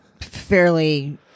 fairly